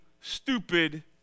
stupid